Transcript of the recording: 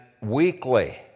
weekly